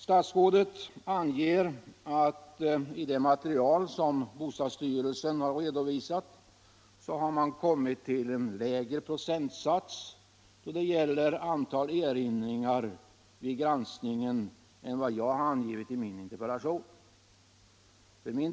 Statsrådet säger att man i det material som bostadsstyrelsen har re dovisat kommit fram till en lägre procentsats för antalet erinringar vid granskningen än vad jag angivit i interpellationen.